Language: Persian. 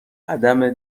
عدم